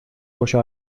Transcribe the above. boşa